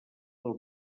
del